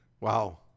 Wow